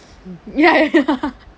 ya ya